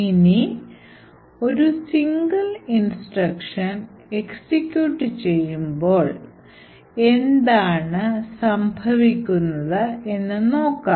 ഇനി ഒരു single instruction execute ചെയ്യുമ്പോൾ ഇപ്പോൾ എന്താണ് സംഭവിക്കുന്നത് നോക്കാം